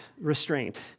restraint